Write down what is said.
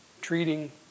treating